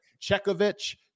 Chekovich